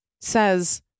says